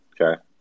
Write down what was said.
Okay